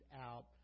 out